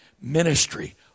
ministry